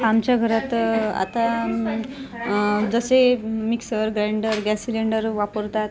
आमच्या घरात आता जसे मिक्सर ग्राइंडर गॅस सिलेंडर वापरतात